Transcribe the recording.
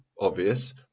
obvious